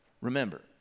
Remember